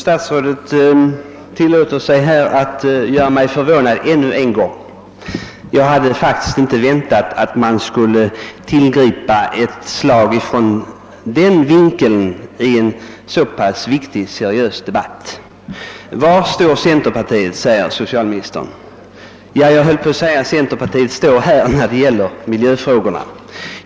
Herr talman! Statsrådet förvånar mig ännu en gång; jag hade faktiskt inte väntat mig att han skulle utdela ett slag från den vinkeln i en så viktig och seriös debatt som denna. Var står centerpartiet? frågade socialministern.